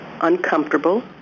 uncomfortable